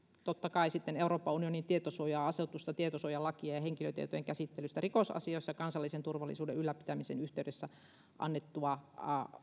totta kai päivittää euroopan unionin tietosuoja asetusta tietosuojalakia ja henkilötietojen käsittelystä rikosasioissa kansallisen turvallisuuden ylläpitämisen yhteydessä annettua